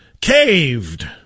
caved